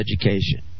education